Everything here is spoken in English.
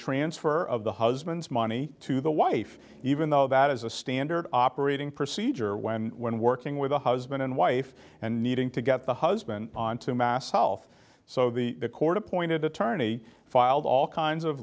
transfer of the husband's money to the wife even though that is a standard operating procedure when working with a husband and wife and needing to get the husband on to mass health so the court appointed attorney filed all kinds of